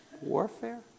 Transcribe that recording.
Warfare